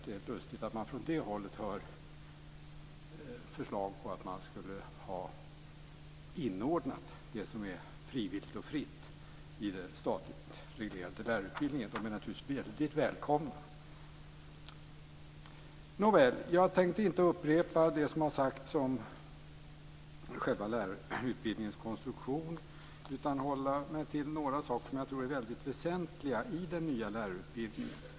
Det är lustigt att från det hållet höra förslag om att man skulle ha inordnat det som är frivilligt och fritt i den statligt reglerade lärarutbildningen. Den utbildningen är naturligtvis väldigt välkommen. Nåväl, jag tänkte inte upprepa det som har sagts om lärarutbildningens konstruktion utan hålla mig till några saker som är väldigt väsentliga i den nya lärarutbildningen.